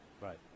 Right